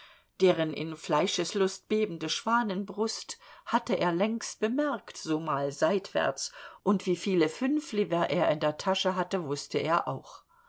deren in fleischeslust bebende schwanenbrust hatte er längst bemerkt so mal seitwärts und wieviele fünfliver er in der tasche hatte wußte er auch